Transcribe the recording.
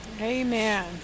Amen